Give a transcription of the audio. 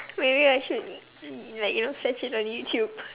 maybe I should like you know search it on YouTube